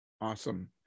Awesome